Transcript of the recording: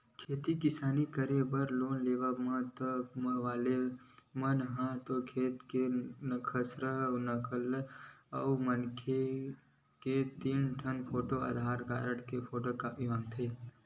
खेती किसानी करे बर लोन लेबे त बेंक वाले मन ह खेत के खसरा, नकल अउ मनखे के तीन ठन फोटू, आधार कारड के फोटूकापी मंगवाथे